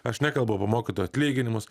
aš nekalbu apie mokytojų atlyginimus